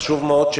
חשוב מאוד,